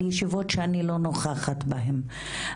על ישיבות שאני לא נוכחת בהם,